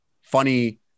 funny